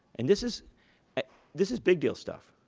and this is this is big deal stuff.